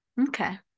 okay